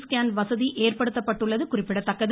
scan வசதி ஏற்படுத்தப்பட்டுள்ளது குறிப்பிடத்தக்கது